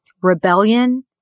rebellion